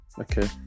okay